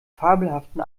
fabelhaften